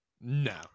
No